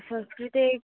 संस्कृते